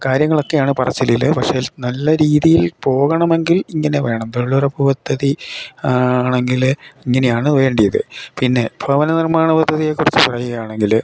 കാര്യങ്ങളൊക്കെയാണ് പറച്ചലിൽ പക്ഷെ നല്ല രീതിയിൽ പോകണമെങ്കിൽ ഇങ്ങനെ വേണം തൊഴിലുറപ്പ് പദ്ധതി ആണെങ്കിൽ ഇങ്ങനെയാണ് വേണ്ടിയത് പിന്നെ ഭവന നിർമ്മാണ പദ്ധതിയെ കുറിച്ചു പറയുകയാണെങ്കിൽ